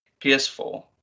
PS4